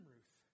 Ruth